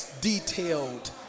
detailed